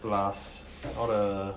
plus all the